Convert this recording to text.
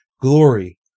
Glory